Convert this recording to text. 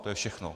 To je všechno.